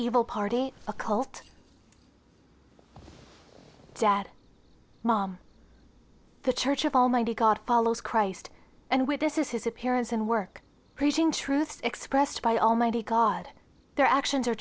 evil party a cult dad mom the church of almighty god follows christ and with this is his appearance and work preaching truth expressed by almighty god their actions are